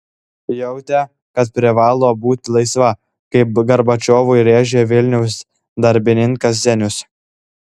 jautė kad privalo būti laisva kaip gorbačiovui rėžė vilniaus darbininkas zenius